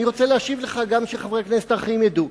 אני רוצה להשיב לך, שגם חברי הכנסת האחרים ידעו.